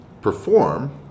perform